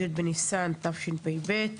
י' בניסן תשפ"ב.